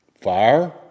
Fire